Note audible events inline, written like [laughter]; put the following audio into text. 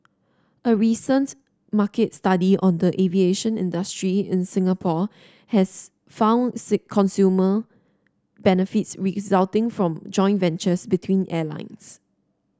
a recent market study on the aviation industry in Singapore has found [unintelligible] consumer benefits resulting from joint ventures between airlines